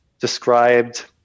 described